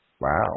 Wow